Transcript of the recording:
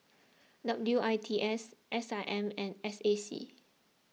W I T S S I M and S A C